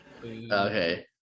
Okay